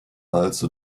also